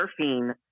surfing